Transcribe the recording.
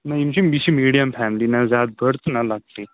نہ یِم چھِ یہِ چھِ میٖڈیَم فیملی نہ زیادٕ بٔڑ تہٕ نہ لۄکٹٕے